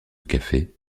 cafés